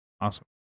awesome